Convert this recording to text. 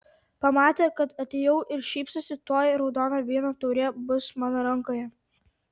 pamatė kad atėjau ir šypsosi tuoj raudono vyno taurė bus mano rankoje